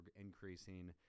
increasing